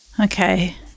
Okay